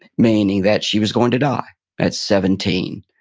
meaning that she was going to die at seventeen,